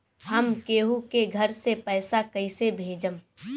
हम केहु के घर से पैसा कैइसे भेजम?